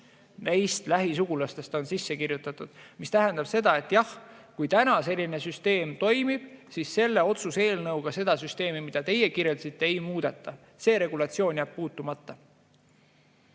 neist lähisugulastest on sisse kirjutatud. See tähendab seda, et jah, kui täna selline süsteem toimib, siis selle otsuse eelnõuga seda süsteemi, mida teie kirjeldasite, ei muudeta. See regulatsioon jääb puutumata.